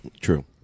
true